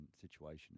situation